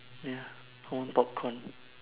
ya want popcorn